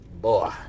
boy